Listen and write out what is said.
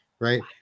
right